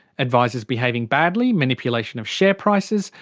advisers behaving badly, manipulation of share prices,